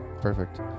Perfect